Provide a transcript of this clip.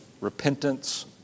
repentance